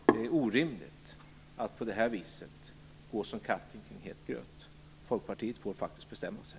Det är orimligt att på det här sättet gå som katten kring het gröt. Folkpartiet får faktiskt bestämma sig.